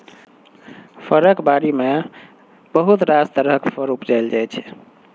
फरक बारी मे बहुत रास तरहक फर उपजाएल जाइ छै